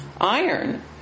iron